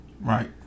Right